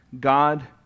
God